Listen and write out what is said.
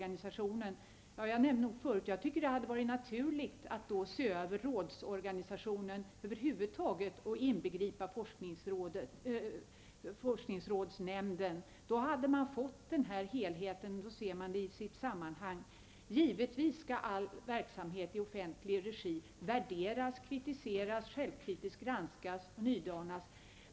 Jag nämnde förut att det hade varit naturligt att se över rådsorganisationen över huvud taget och inbegripa FRN. Då hade man fått helheten och sett den i sitt sammanhang. Givetvis skall all verksamhet i offentlig regi värderas, kritiseras och utsättas för självkritisk granskning och nydaning.